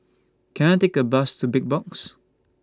Can I Take A Bus to Big Box